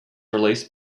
released